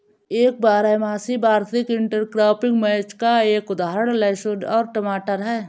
एक बारहमासी वार्षिक इंटरक्रॉपिंग मैच का एक उदाहरण लहसुन और टमाटर है